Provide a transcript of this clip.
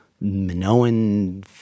Minoan